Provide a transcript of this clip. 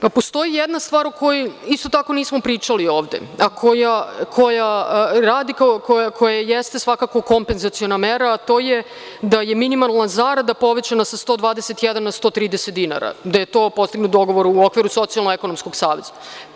Postoji jedna stvar o kojoj isto tako nismo pričali ovde, a koja jeste svakako kompenzaciona mera, a to je da je minimalna zarada povećana sa 121 na 130 dinara i da je postignut dogovor u okviru Socijalno-ekonomskog saveta.